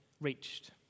reached